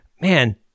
man